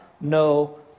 no